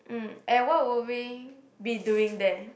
um and what would we be doing there